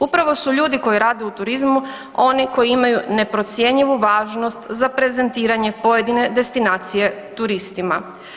Upravo su ljudi koji rade u turizmu oni koji imaju neprocjenjivu važnost za prezentiranje pojedine destinacije turistima.